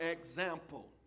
example